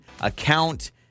account